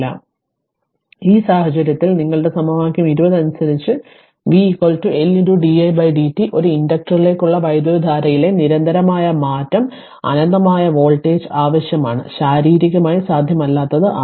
അതിനാൽ ഈ സാഹചര്യത്തിൽ നിങ്ങളുടെ സമവാക്യം 20 അനുസരിച്ച് v L di dt ഒരു ഇൻഡക്റ്ററിലേക്കുള്ള വൈദ്യുതധാരയിലെ നിരന്തരമായ മാറ്റം അനന്തമായ വോൾട്ടേജ് ആവശ്യമാണ് ശാരീരികമായി സാധ്യമല്ലാത്തതു ആണ്